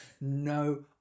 no